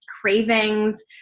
cravings